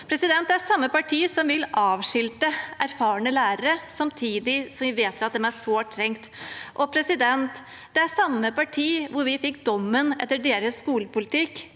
Det er samme parti som vil avskilte erfarne lærere, samtidig som vi vet at de er sårt trengt. Det var også det samme partiet som fikk dommen over sin skolepolitikk,